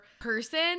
person